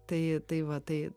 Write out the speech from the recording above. tai tai va tai